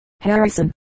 Harrison